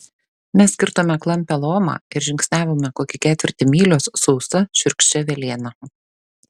mes kirtome klampią lomą ir žingsniavome kokį ketvirtį mylios sausa šiurkščia velėna